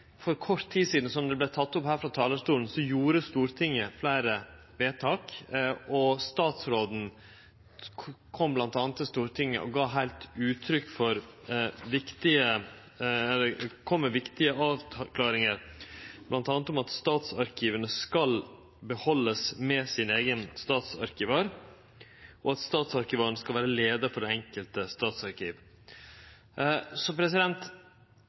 for kort tid sidan, som det vart teke opp her frå talarstolen, gjorde Stortinget fleire vedtak, og statsråden kom til Stortinget med viktige avklaringar – bl.a. at statsarkiva skal behaldast, med sin eigen statsarkivar, og at statsarkivaren skal vere leiar for det enkelte